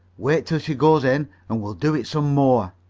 wait till she goes in and we'll do it some more.